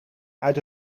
uit